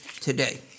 today